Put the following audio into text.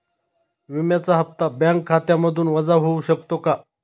विम्याचा हप्ता बँक खात्यामधून वजा होऊ शकतो का?